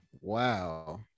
wow